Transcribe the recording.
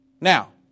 Now